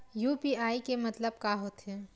UPI के मतलब का होथे?